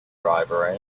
driver